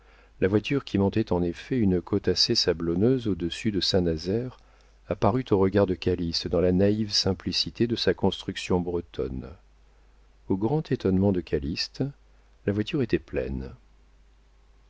la voiture qui montait en effet une côte assez sablonneuse au-dessus de saint-nazaire apparut aux regards de calyste dans la naïve simplicité de sa construction bretonne au grand étonnement de calyste la voiture était pleine